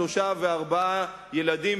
שלושה וארבעה ילדים,